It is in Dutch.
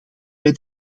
bij